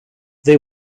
they